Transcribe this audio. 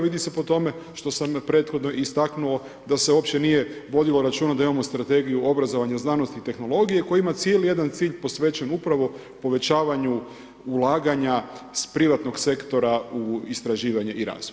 Vidi se po tome što sam prethodno istaknuo da se uopće nije vodilo računa da imamo Strategiju obrazovanja, znanosti i tehnologije koji ima cijeli jedan cilj posvećen upravo povećavanju ulaganja s privatnog sektora u istraživanje i razvoj.